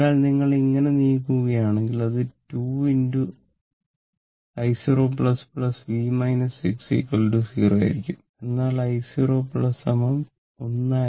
അതിനാൽ നിങ്ങൾ ഇങ്ങനെ നീങ്ങുകയാണെങ്കിൽ അത് 2 i 0 v 6 0 ആയിരിക്കും എന്നാൽ i0 1